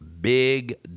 big